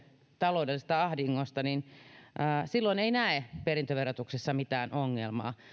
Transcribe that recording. taloudellisesta ahdingosta silloin ei näe perintöverotuksessa mitään ongelmaa